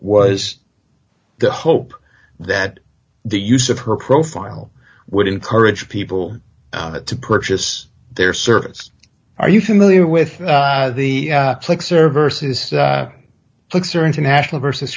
was the hope that the use of her profile would encourage people to purchase their services are you familiar with the clicks or versus clicks or international versus